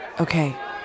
Okay